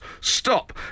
stop